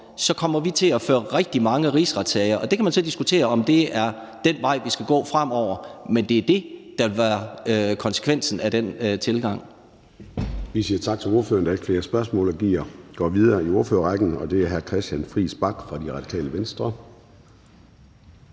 kommer vi til at føre rigtig mange rigsretssager. Og man kan så diskutere, om det er den vej, vi skal gå fremover. Men det er det, der vil være konsekvensen af den tilgang. Kl. 16:18 Formanden (Søren Gade): Vi siger tak til ordføreren – der er ikke flere spørgsmål – og går videre i ordførerrækken, og det er hr. Christian Friis Bach fra Radikale Venstre.